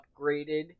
upgraded